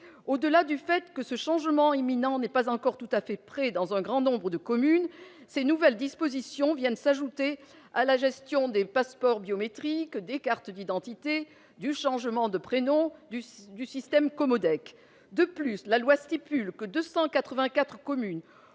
au-delà du fait que ce changement imminents n'est pas encore tout à fait prêt dans un grand nombre de communes, ces nouvelles dispositions viennent s'ajouter à la gestion des passeports biométriques des cartes d'identité du changement de prénom du Duce, du système commode avec de plus, la loi stipule que 284 communes